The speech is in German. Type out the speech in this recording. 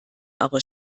aber